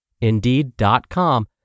Indeed.com